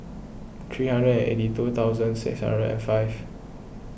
three hundred and eighty two thousand six hundred and five